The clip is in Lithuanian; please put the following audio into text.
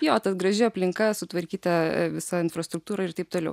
jo ta graži aplinka sutvarkyta visa infrastruktūra ir taip toliau